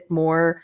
more